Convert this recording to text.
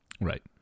Right